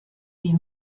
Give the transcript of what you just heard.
die